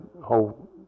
whole